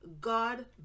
god